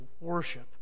worship